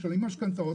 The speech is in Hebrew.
משלמים משכנתאות,